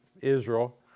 Israel